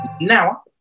Now